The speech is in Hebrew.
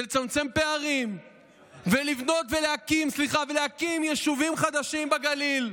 לצמצם פערים ולבנות ולהקים יישובים חדשים בגליל.